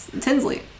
Tinsley